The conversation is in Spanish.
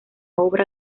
obra